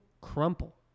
crumple